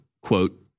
quote